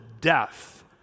death